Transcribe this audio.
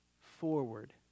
forward